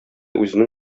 үзенең